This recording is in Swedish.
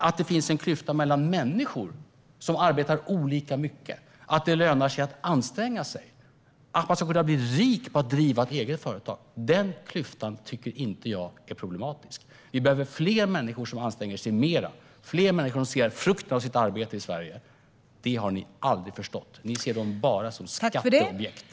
Att det finns en klyfta mellan människor som arbetar olika mycket, att det lönar sig att anstränga sig och att man ska kunna bli rik på att driva ett eget företag tycker inte jag är problematiskt. Vi behöver fler människor som anstränger sig mer, fler människor som ser en frukt av sitt arbete i Sverige. Detta har ni aldrig förstått. Ni ser dem bara som skatteobjekt.